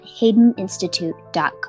haydeninstitute.com